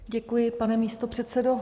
Děkuji, pane místopředsedo.